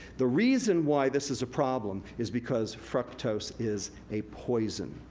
the reason why this is a problem is because fructose is a poison,